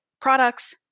products